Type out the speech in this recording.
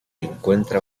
encuentra